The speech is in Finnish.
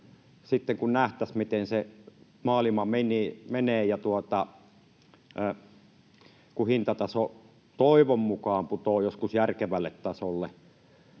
Sitten kun nähtäisiin, miten se maailma menee, kun hintataso toivon mukaan putoaa joskus järkevälle tasolle,